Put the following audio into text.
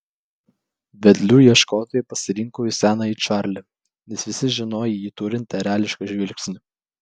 vedliu ieškotojai pasirinko senąjį čarlį nes visi žinojo jį turint erelišką žvilgsnį